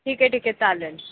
ठीक आहे ठीक आहे चालेल